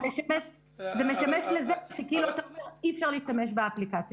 זה משמש לזה שאתה אומר שאי אפשר להשתמש באפליקציה.